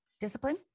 discipline